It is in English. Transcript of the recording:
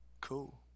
Cool